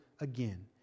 again